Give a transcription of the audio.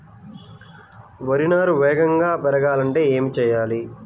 వరి నారు వేగంగా పెరగాలంటే ఏమి చెయ్యాలి?